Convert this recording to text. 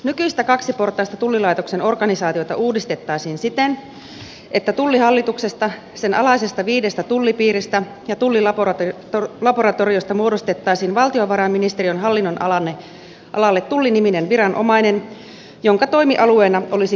nykyistä kaksiportaista tullilaitoksen organisaatiota uudistettaisiin siten että tullihallituksesta sen alaisista viidestä tullipiiristä ja tullilaboratoriosta muodostettaisiin valtiovarainministeriön hallinnonalalle tulli niminen viranomainen jonka toimialueena olisi koko maa